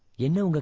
you know go